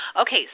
Okay